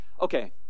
okay